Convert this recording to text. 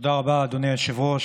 תודה רבה, אדוני היושב-ראש.